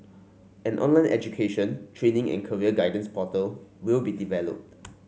an online education training and career guidance portal will be developed